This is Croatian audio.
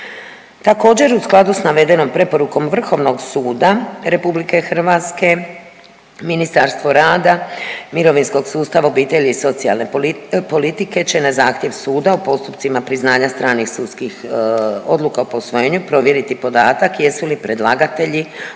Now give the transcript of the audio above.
Također, u skladu sa navedenom preporukom Vrhovnog suda RH Ministarstvo rada, mirovinskog sustava, obitelji i socijalne politike će na zahtjev suda u postupcima priznanja stranih sudskih odluka o posvojenju provjeriti podatak jesu li predlagatelji